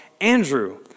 Andrew